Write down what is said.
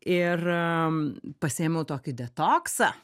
ir pasiėmiau tokį detoksą